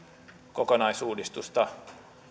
kokonaisuudistusta